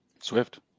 Swift